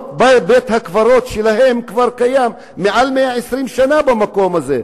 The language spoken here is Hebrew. ובית-הקברות שלהם כבר קיים מעל 120 שנה במקום הזה.